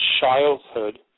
childhood